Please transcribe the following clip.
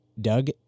Doug